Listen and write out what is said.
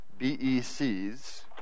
BECs